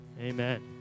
Amen